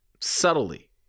Subtly